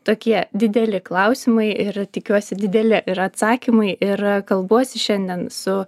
tokie dideli klausimai ir tikiuosi dideli ir atsakymai ir kalbuosi šiandien su